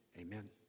Amen